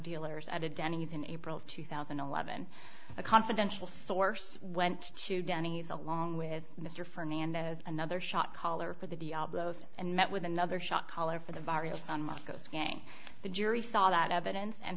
dealers at a denny's in april of two thousand and eleven a confidential source went to denny's along with mr fernando another shot caller for the diablos and met with another shock collar for the bar in san marcos the jury saw that evidence and